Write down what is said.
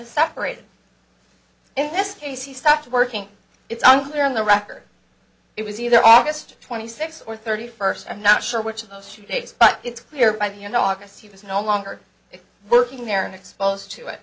is separated in this case he stopped working it's unclear on the record it was either august twenty sixth or thirty first i'm not sure which of those two dates but it's clear by the you know august he was no longer a working there and exposed to it